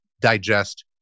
digest